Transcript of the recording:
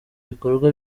bikorwa